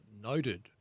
noted